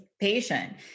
patient